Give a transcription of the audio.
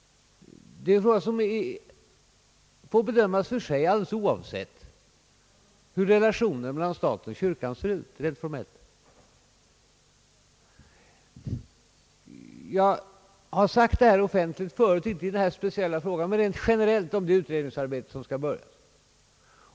Denna fråga bör som nu få bedömas för sig, alldeles oberoende av den formella relationen mellan kyrka och stat. Jag har sagt detta offentligt tidigare, inte i denna speciella fråga, men rent generellt om det utredningsarbete som skall börja.